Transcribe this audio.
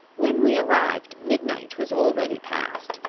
when we arrived, midnight was already past,